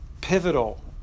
pivotal